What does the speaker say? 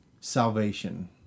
salvation